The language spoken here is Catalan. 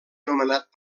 nomenat